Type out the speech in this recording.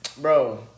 Bro